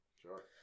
Sure